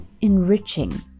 enriching